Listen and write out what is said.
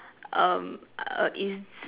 um err is